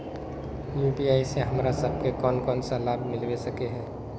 UPI से हमरा सब के कोन कोन सा लाभ मिलबे सके है?